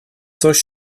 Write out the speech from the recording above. coś